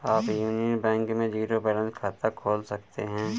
आप union bank में zero balance खाता खोल सकते हैं